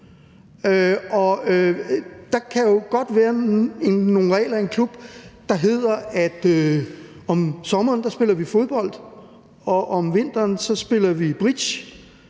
Der kan jo godt være nogle regler i en klub, der hedder, at om sommeren spiller vi fodbold, og om vinteren spiller vi bridge,